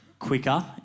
quicker